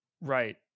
Right